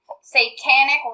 Satanic